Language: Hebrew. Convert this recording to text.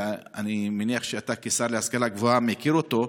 ואני מניח שאתה כשר להשכלה הגבוהה מכיר אותו: